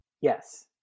Yes